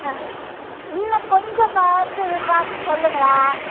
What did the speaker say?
ஆ இன்னும் கொஞ்சம் பார்த்து பார்த்து சொல்லுங்களேன்